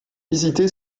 hésité